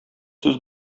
сүз